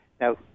Now